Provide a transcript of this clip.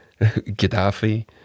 Gaddafi